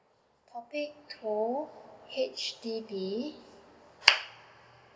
topic two H_D_B